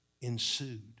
ensued